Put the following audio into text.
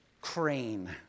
crane